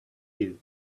you